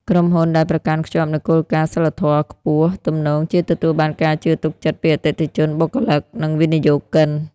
ក្រុមហ៊ុនដែលប្រកាន់ខ្ជាប់នូវគោលការណ៍សីលធម៌ខ្ពស់ ទំនងជាទទួលបានការជឿទុកចិត្តពីអតិថិជន បុគ្គលិក និងវិនិយោគិន។